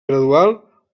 gradual